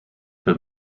for